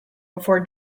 before